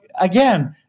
again